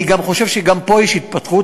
אני חושב שגם פה יש התפתחות,